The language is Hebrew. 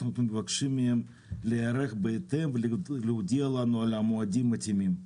אנחנו מבקשים מהם להיערך בהתאם ולהודיע על המועדים המתאימים.